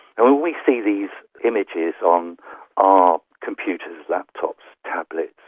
and when we see these images on our computers, laptops, tablets,